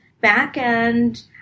back-end